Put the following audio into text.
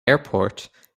airport